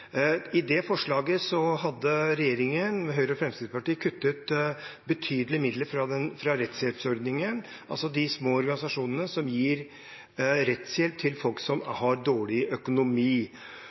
I det forslaget hadde regjeringen, Høyre og Fremskrittspartiet, kuttet betydelige midler fra rettshjelpsordningen, altså de små organisasjonene som gir rettshjelp til folk som har dårlig økonomi.